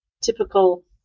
typical